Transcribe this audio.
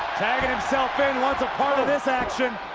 tagging himself in, wants a part of this action.